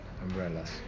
umbrellas